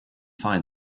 find